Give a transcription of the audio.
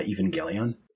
Evangelion